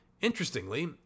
Interestingly